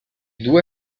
due